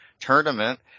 tournament